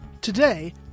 Today